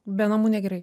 be namų negerai